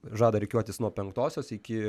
žada rikiuotis nuo penktosios iki